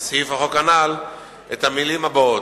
של סעיף החוק הנזכר לעיל את המלים הבאות: